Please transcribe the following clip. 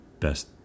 best